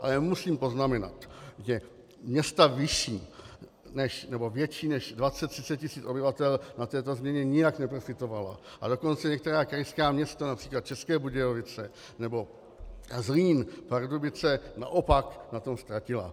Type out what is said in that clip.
Ale musím poznamenat, že města větší než dvacet třicet tisíc obyvatel na této změně nijak neprofitovala, a dokonce některá krajská města, například České Budějovice nebo Zlín, Pardubice, naopak na tom ztratila.